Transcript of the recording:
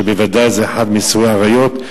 שזה בוודאי אחד מאיסורי עריות.